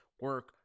Work